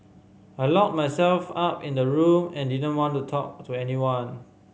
I locked myself up in the room and didn't want to talk to anyone